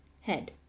head